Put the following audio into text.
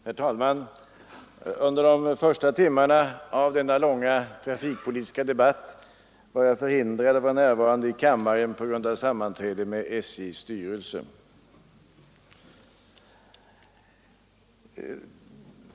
Herr talman! Under de första timmarna av denna långa trafikpolitiska debatt var jag förhindrad att närvara i kammaren på grund av sammanträde med SJ:s styrelse.